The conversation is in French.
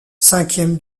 cinquième